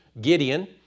Gideon